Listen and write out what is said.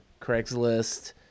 Craigslist